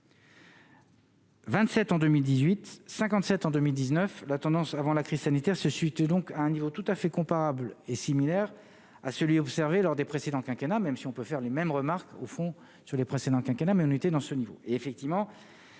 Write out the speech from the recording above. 27 en 2018 57 en 2019 la tendance avant la crise sanitaire se situe donc à un niveau tout à fait comparables est similaire à celui observé lors des précédents quinquennats, même si on peut faire les mêmes remarques au fond sur les précédents quinquennats menotté dans ce niveau